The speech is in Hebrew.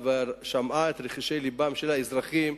שמעו את רחשי לבם של האזרחים,